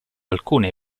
alcune